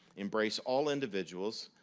embrace all individuals,